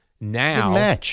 Now